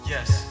Yes